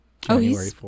January